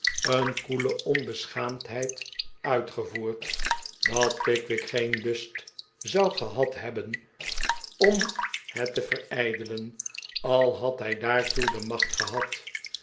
een koele onbeschaamdheid uitgevoerd dat pickwick geeh lust zou gehad hebben om het te verijdelen al had hij daartoe de macht gehad